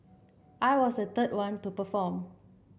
I was the third one to perform